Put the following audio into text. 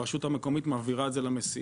הרשות המקומית מעבירה את זה למסיעים.